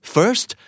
First